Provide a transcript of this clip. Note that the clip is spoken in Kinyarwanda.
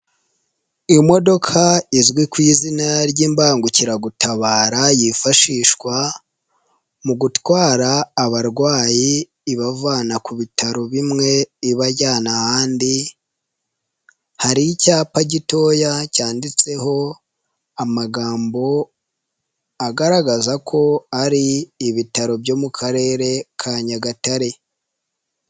Imodoka izwi ku izina ry'imbangukiragutabara, yifashishwa mu gutwara abarwayi, ibavana ku bitaro bimwe, ibajyana ahandi, hari icyapa gitoya cyanditseho amagambo agaragaza ko ari Ibitaro byo mu Karere ka Nyagatare.